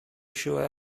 schuhe